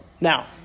Now